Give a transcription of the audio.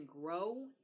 grow